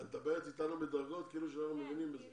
את מדברת אתנו בדרגות כאילו שאנחנו מבינים בזה.